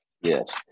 Yes